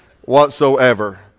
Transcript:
whatsoever